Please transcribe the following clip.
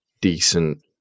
decent